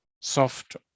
soft